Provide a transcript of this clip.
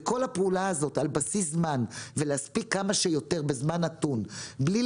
כל הפעולה הזאת על בסיס זמן ולהספיק כמה שיותר בזמן נתון בלי